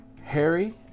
Harry